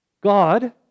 God